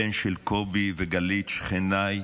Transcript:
הבן של קובי וגלית, שכניי